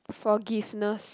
forgiveness